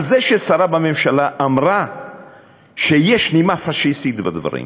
על זה שהשרה אמרה שיש נימה פאשיסטית בדברים.